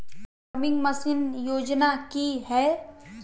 Farming machine योजना कि हैय?